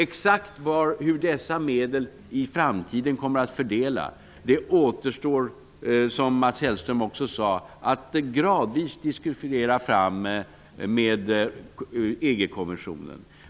Exakt hur dessa medel i framtiden kommer att fördelas återstår -- som Mats Hellström också sade -- att gradvis diskutera fram med EG kommissionen.